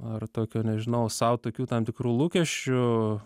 ar tokio nežinau sau tokių tam tikrų lūkesčių